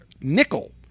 nickel